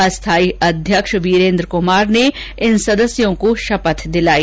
अस्थाई अध्यक्ष वीरेन्द्र कुमार ने इन सदस्यों को शपथ दिलाई